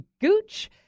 Gooch